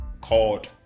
called